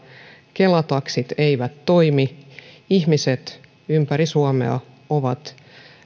kela taksit eivät toimi ihmiset ympäri suomea ovat